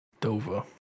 Dover